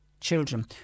Children